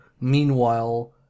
Meanwhile